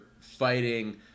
fighting